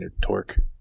torque